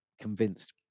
convinced